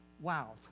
wow